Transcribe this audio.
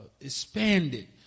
expanded